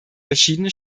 verschiedene